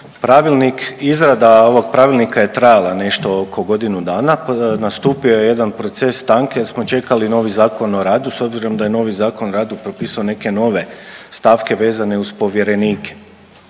pravilnik, izrada ovog pravilnika je trajala nešto oko godinu dana. Nastupio je jedan proces stanke jer smo čekali novi Zakon o radu s obzirom da je novi Zakon o radu propisao neke nove stavke vezane uz povjerenike.